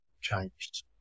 changed